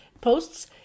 posts